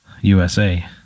USA